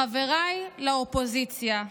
חבריי לאופוזיציה,